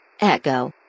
Echo